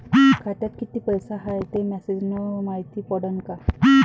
खात्यात किती पैसा हाय ते मेसेज न मायती पडन का?